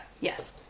Yes